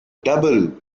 double